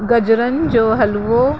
गजरुनि जो हलवो